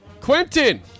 Quentin